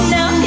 Now